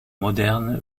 moderne